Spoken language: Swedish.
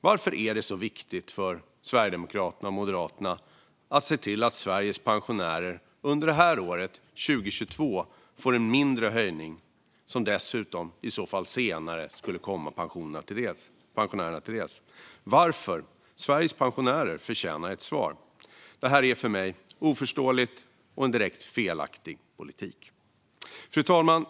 Varför är det så viktigt för Sverigedemokraterna och Moderaterna att se till att Sveriges pensionärer under det här året, 2022, får en mindre höjning, som dessutom i så fall senare skulle komma pensionärerna till del? Varför? Sveriges pensionärer förtjänar ett svar. Detta är för mig oförståeligt och en direkt felaktig politik. Fru talman!